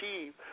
achieve